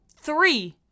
three